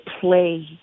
play